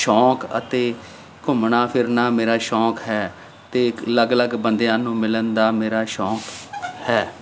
ਸ਼ੌਂਕ ਅਤੇ ਘੁੰਮਣਾ ਫਿਰਨਾ ਮੇਰਾ ਸ਼ੌਂਕ ਹੈ ਅਤੇ ਇੱਕ ਅਲੱਗ ਅਲੱਗ ਬੰਦਿਆਂ ਨੂੰ ਮਿਲਣ ਦਾ ਮੇਰਾ ਸ਼ੌਂਕ ਹੈ